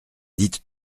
dites